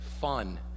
fun